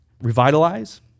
revitalize